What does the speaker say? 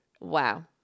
Wow